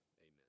amen